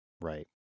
Right